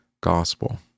gospel